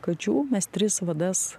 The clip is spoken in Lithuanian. kačių mes tris vadas